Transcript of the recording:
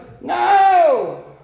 No